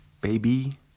baby